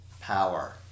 power